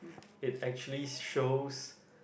it actually shows